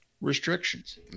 restrictions